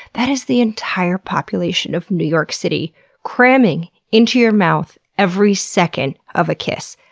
that is the entire population of new york city cramming into your mouth every second of a kiss.